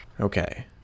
Okay